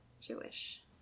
Jewish